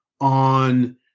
on